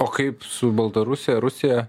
o kaip su baltarusija rusija